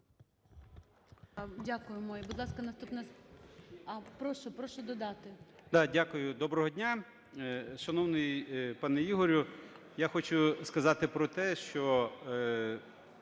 Дякую. Доброго дня. Шановний пане Ігорю, я хочу сказати про те, що,